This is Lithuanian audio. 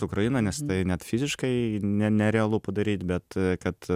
ukrainą nes tai net fiziškai ne nerealu padaryt bet kad